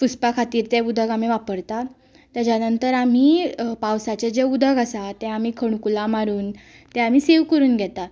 पुसपा खातीर तें उदक आमी वापरता तेच्या नंतर आम्ही पावसाचें जें उदक आसा तें आमी खणकुलां मारून तें आमी सीव करून घेता